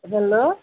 hello